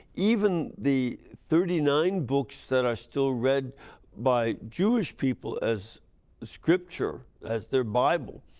even the thirty nine books that are still read by jewish people as scripture, as their bible.